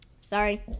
Sorry